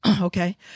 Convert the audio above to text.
okay